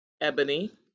Ebony